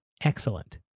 excellent